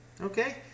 okay